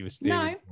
no